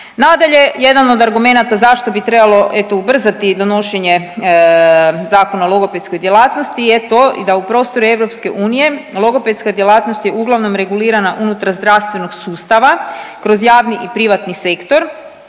Nadalje, jedan od argumenata zašto bi trebalo eto ubrzati donošenje Zakona o logopedskoj djelatnosti je to i da u prostoru EU logopedska djelatnost je uglavnom regulirana unutar zdravstvenog sustava kroz javni i privatni sektor,